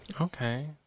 okay